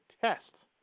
test